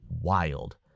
wild